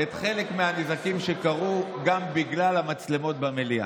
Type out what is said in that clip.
חלק מהנזקים שקרו בגלל המצלמות במליאה.